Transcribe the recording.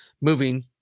moving